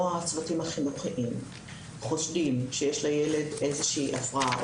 או הצוותים החינוכיים חושדים שיש לילד איזושהי הפרעה,